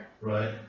Right